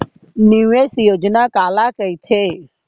निवेश योजना काला कहिथे?